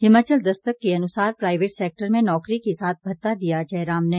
हिमाचल दस्तक के अनुसार private sector में नौकरी के साथ भत्ता दिया जयराम ने